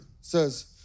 says